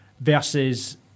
versus